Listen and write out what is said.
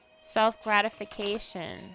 Self-gratification